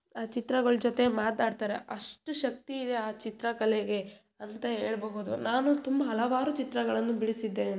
ಆ ಚಿತ್ರಗಳ ಜೊತೆ ಮಾತಾಡ್ತಾರೆ ಅಷ್ಟು ಶಕ್ತಿ ಇದೆ ಆ ಚಿತ್ರಕಲೆಗೆ ಅಂತ ಹೇಳ್ಬಹುದು ನಾನು ತುಂಬ ಹಲವಾರು ಚಿತ್ರಗಳನ್ನು ಬಿಡಿಸಿದ್ದೇನೆ